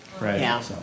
Right